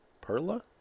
Perla